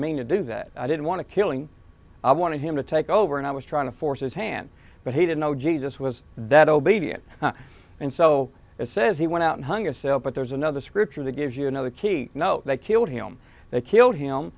mean to do that i didn't want to killing i wanted him to take over and i was trying to force his hand but he did know jesus was that obedient and so it says he went out and hung a cell but there's another scripture that gives you another key to know they killed him they killed him